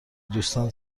دوستان